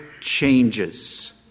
changes